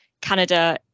Canada